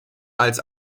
als